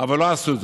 אבל לא עשו זאת.